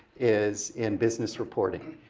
is in business reporting.